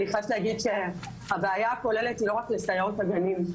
אני חייבת להגיד שהבעיה הכוללת היא לא רק לסייעות הגנים.